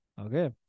okay